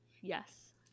Yes